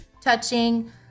Touching